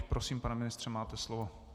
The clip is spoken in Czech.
Prosím, pane ministře, máte slovo.